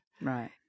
Right